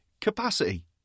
capacity